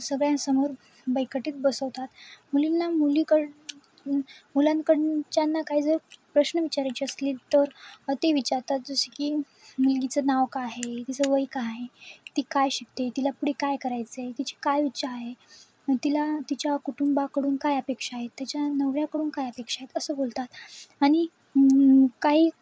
सगळ्यांसमोर बैठकीत बसवतात मुलींना मुलीकडे मुलांकडच्यांना काही जर प्रश्न विचारायची असली तर ते विचारतात जसे की मुलगीचं नाव का आहे तिचं वय का आहे ती काय शिकते तिला पुढे काय करायचं आहे तिची काय इच्छा आहे तिला तिच्या कुटुंबाकडून काय अपेक्षा आहे तिच्या नवऱ्याकडून काय अपेक्षा आहे असं बोलतात आणि काही